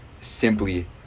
simply